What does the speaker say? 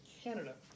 Canada